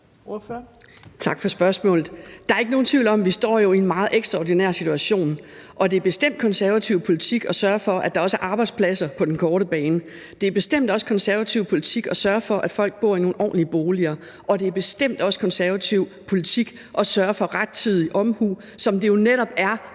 Tak for spørgsmålet. Der er ikke nogen tvivl om, at vi jo står i en meget ekstraordinær situation. Det er bestemt konservativ politik at sørge for, at der også er arbejdspladser på den korte bane. Det er bestemt også konservativ politik at sørge for, at folk bor i nogle ordentlige boliger. Og det er bestemt også konservativ politik at sørge for rettidig omhu, som det jo netop er